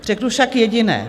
Řeknu však jediné.